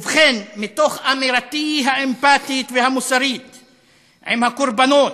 ובכן, מתוך אמירתי המוסרית והאמפתית עם הקורבנות,